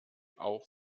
auch